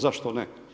Zašto ne?